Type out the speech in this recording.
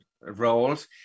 roles